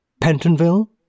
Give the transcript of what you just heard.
Pentonville